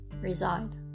reside